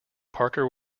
parker